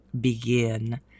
begin